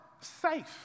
safe